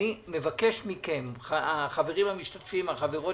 אני מבקש מכם, החברים המשתתפים, החברות